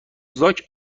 زاک